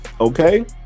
okay